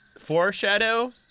foreshadow